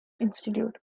institute